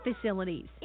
facilities